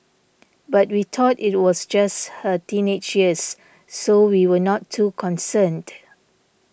but we thought it was just her teenage years so we were not too concerned